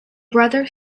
brother